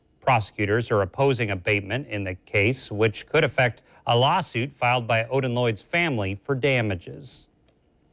prosecutors are opposing abatement in the case which could affect a lawsuit filed by odon lloyd's family for damages.